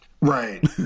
Right